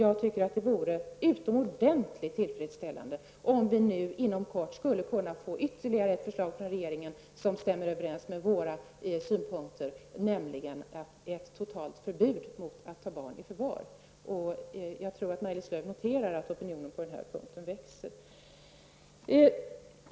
Det vore utomordentligt tillfredsställande om vi nu inom kort skulle kunna få ytterligare ett förslag från regeringen som stämmer överens med våra synpunkter, nämligen om ett totalt förbud mot att ta barn i förvar. Jag tror att Maj-Lis Lööw noterar att opinionen på den punkten växer.